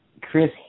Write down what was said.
Chris